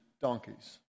donkeys